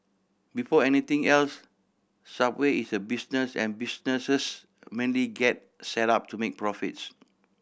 before anything else Subway is a business and businesses mainly get set up to make profits